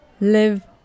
Live